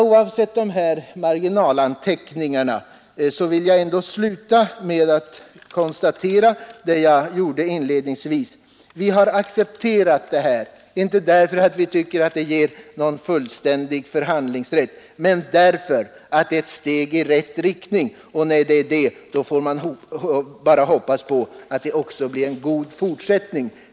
Oavsett dessa marginalanteckningar vill jag till slut poängtera vad jag inledningsvis sade. Vi har accepterat detta förslag, inte därför att vi tycker att det ger någon fullständig förhandlingsrätt utan därför att det är ett steg i rätt riktning. Man får hoppas att det blir en god fortsättning.